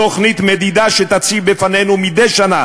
תוכנית מדידה שתציב בפנינו מדי שנה